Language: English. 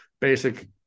basic